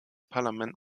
parlament